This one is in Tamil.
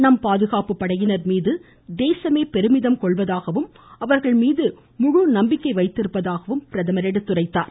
நம் பாதுகாப்பு படையினர் மீது தேசமே பெருமிதம் கொள்வதாகவும் அவர்கள் மீது முழு நம்பிக்கை வைத்திருப்பதாகவும் பிரதமர் எடுத்துரைத்தார்